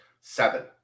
seven